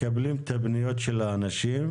מקבלים את הפניות של האנשים,